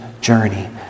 journey